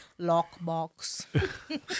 lockbox